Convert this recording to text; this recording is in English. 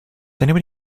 anybody